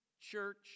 church